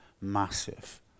massive